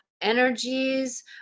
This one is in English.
energies